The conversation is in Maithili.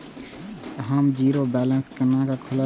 हम जीरो बैलेंस केना खोलैब?